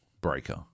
breaker